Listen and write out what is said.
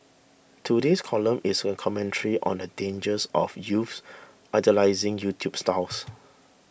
today's column is a commentary on the dangers of youths idolising YouTube stars